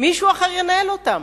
מישהו אחר ינהל אותם.